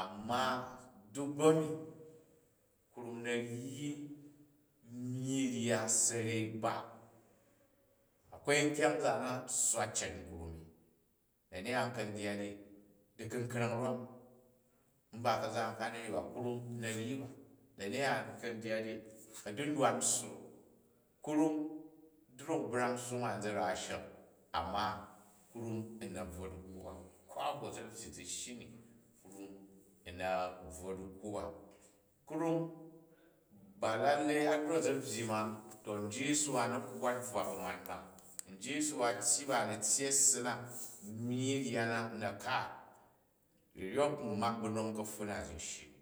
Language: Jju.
Amma duk bu a̱mi, krum u na̱ ryi myyi sa̱rei ba. Akwai nkyang zaan na sswa cet krum ni, dani nka̱ ndyat ni diku̱mkira̱ng rwan n ba ka̱za, nka a na̱ ryi ba, krum n na̱ ryi ba. Dani ya n ka̱ dyat ni, a̱dundwan sso, kram drokau brang sso nwan zi ra shek a̱mma krum ni, n na bvwo dikwu ba ko a hok u za̱ byyi zi shyi ni, krum a̱ nma bvwo dikwu ba. Krum ba lallai adrok za byyi ma to ryi u̱ su wa na̱ kwwat bvan ba̱ man ba, nji u̱ su̱ wa tyyi ba n na̱ tyyi a̱ssi na myyi rija nma u na̱ kaat. Ryok n malk bu nom kapfun na zi u shyi ni,